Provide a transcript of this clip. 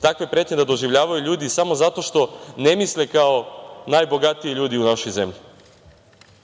takve pretnje da doživljavaju ljudi samo zato što ne misle kao najbogatiji ljudi u našoj zemlji.U